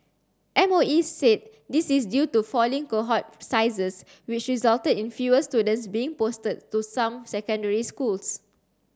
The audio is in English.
M O E said this is due to falling cohort sizes which resulted in fewer students being posted to some secondary schools